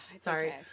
sorry